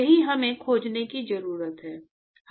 यही हमें खोजने की जरूरत है